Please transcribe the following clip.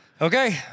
Okay